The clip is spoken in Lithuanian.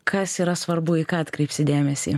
kas yra svarbu į ką atkreipsi dėmesį